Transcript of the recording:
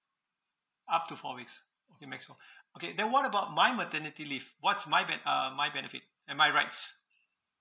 up to four weeks okay maximum okay then what about my maternity leave what's my ben~ uh my benefit and my rights